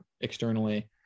externally